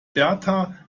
berta